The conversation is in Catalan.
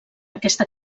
aquesta